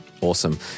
Awesome